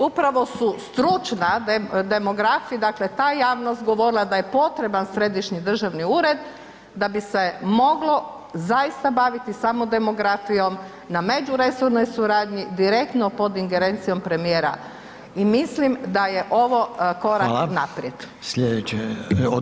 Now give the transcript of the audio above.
Upravo su stručni demografi, dakle ta javnost govorila da je potreban središnji državni ured da bi se moglo zaista baviti samo demografijom na međuresornoj suradnji direktno pod ingerencijom premijera i mislim da je ovo korak naprijed.